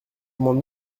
m’en